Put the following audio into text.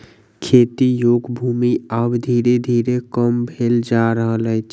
खेती योग्य भूमि आब धीरे धीरे कम भेल जा रहल अछि